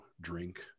drink